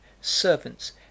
servants